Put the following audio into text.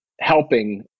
helping